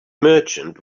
merchant